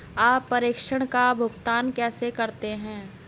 आप प्रेषण का भुगतान कैसे करते हैं?